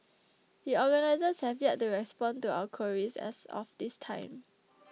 the organisers have yet to respond to our queries as of this time